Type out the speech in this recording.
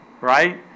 Right